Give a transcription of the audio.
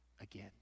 again